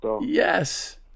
Yes